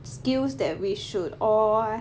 skills that we should all